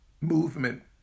movement